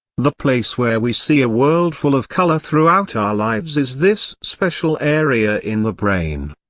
the place where we see a world full of color throughout our lives is this special area in the brain.